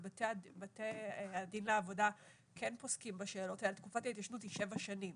אבל בתי הדין לעבודה כן פוסקים בשאלות האלה ותקופת ההתיישנות היא שבע שנים